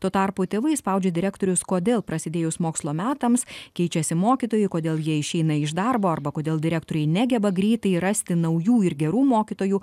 tuo tarpu tėvai spaudžia direktorius kodėl prasidėjus mokslo metams keičiasi mokytojai kodėl jie išeina iš darbo arba kodėl direktoriai negeba greitai rasti naujų ir gerų mokytojų